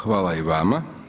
Hvala i vama.